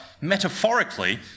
metaphorically